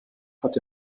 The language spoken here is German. hat